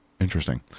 interesting